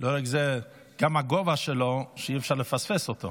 גם הגובה שלו, שאי-אפשר לפספס אותו.